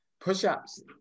Push-ups